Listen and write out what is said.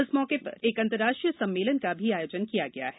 इस मौके पर एक अंतर्राष्ट्रीय सम्मेलन का भी आयोजन किया गया है